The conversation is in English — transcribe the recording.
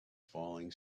falling